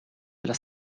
della